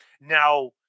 now